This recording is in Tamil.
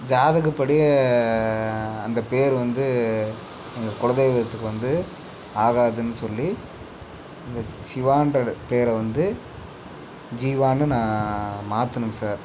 ஜாதகப்படி அந்த பேர் வந்து எங்கள் குல தெய்வத்துக்கு வந்து ஆகாதுன்னு சொல்லி இந்த சிவான்ற பேரை வந்து ஜீவான்னு நான் மாற்றணும் சார்